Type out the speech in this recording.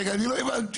אני לא הבנתי.